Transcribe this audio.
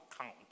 count